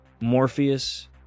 Morpheus